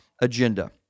agenda